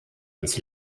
ans